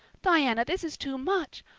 diana, this is too much.